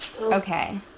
Okay